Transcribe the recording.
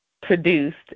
produced